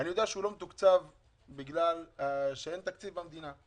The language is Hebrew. אני יודע שהיא לא מתוקצבת בגלל שאין תקציב במדינה.